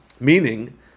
Meaning